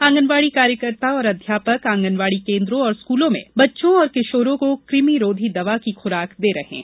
आंगनवाड़ी कार्यकर्ता और अध्यापक आंगनवाड़ी केन्द्रों और स्कूलों में बच्चों और किशोरों को कृमिरोधी दवा की खुराक दे रहे हैं